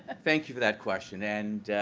ah thank you for that question and